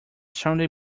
sunday